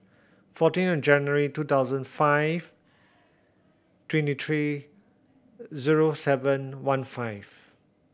fourteen January two thousand five twenty three zero seven one five